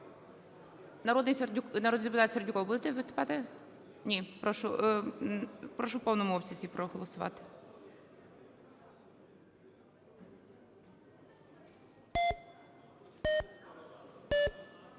Народний депутат Севрюков, будете виступати? Ні. Прошу у повному обсязі проголосувати.